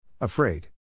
afraid